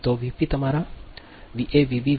તો વીપી તમારા VA VB